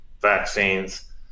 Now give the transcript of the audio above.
vaccines